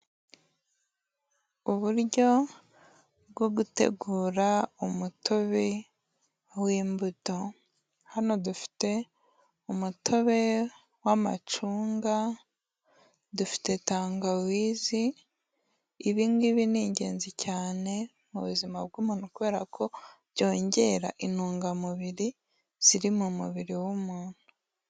Uburyo bwo gutegura umutobe w'imbuto, hano dufite umutobe w'amacunga, dufite tangawizi, ibi ngibi ni ingenzi cyane mu buzima bw'umuntu kubera ko byongera intungamubiri ziri mu mubiri w'umuntu.